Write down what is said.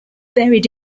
buried